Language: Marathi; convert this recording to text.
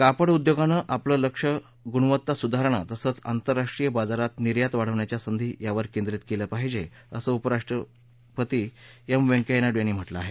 कापड उद्योगानं आपलं लक्ष गुणवत्ता सुधारणं तसंच आंतरराष्ट्रीय बाजारात निर्यात वाढवण्याच्या संधी यावर केंद्रीत केलं पाहिजे असं उपराष्ट्रपती एम व्यंकय्या नायडू यांनी म्हटलं आहे